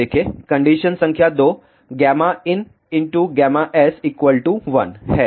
condition संख्या दो Γins1 है